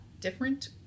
different